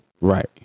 Right